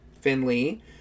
Finley